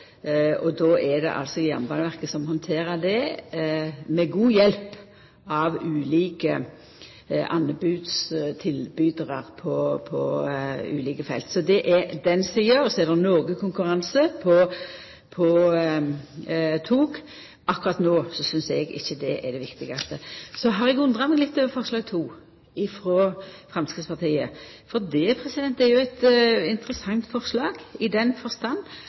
og då er det Jernbaneverket som handterer det med god hjelp frå ulike anbodstilbydarar på ulike felt. Det er den sida. Så er det noko konkurranse på tog. Akkurat no synest eg ikkje det er det viktigaste. Eg har undra meg litt over forslag nr. 2 frå Framstegspartiet, for det er eit interessant forslag i den forstand